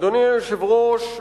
אדוני היושב-ראש,